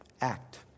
act